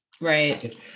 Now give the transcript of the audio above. right